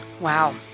Wow